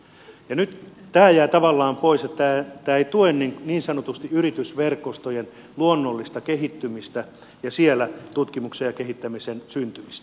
nyt tämä jää tavallaan pois ja tämä ei tue niin sanotusti yritysverkostojen luonnollista kehittymistä ja siellä tutkimuksen ja kehittämisen syntymistä